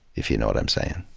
if you know what i'm saying.